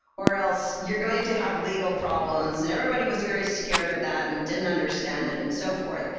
or else you're going to have legal problems, and everybody was very scared of that and didn't understand it, and so forth.